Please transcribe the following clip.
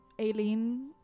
Aileen